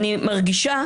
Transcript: אני מרגישה